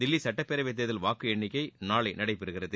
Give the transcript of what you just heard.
தில்லி சட்டப்பேரவை தேர்தல் வாக்கு எண்ணிக்கை நாளை நடைபெறுகிறது